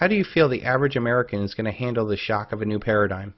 how do you feel the average american is going to handle the shock of a new paradigm